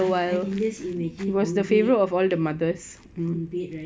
I can I can just imagine on bed on bed right